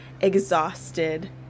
exhausted